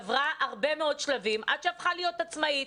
עברה הרבה מאוד שלבים עד שהפכה להיות עצמאית.